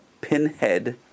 pinhead